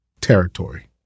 territory